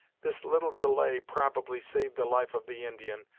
this little delay, probably, saved the life of the indian,